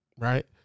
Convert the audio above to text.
Right